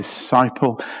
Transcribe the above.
disciple